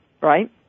right